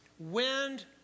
Wind